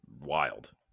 wild